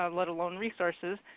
ah let alone resources.